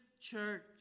church